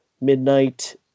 midnight